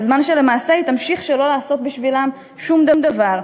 בזמן שלמעשה היא תמשיך שלא לעשות בשבילם שום דבר,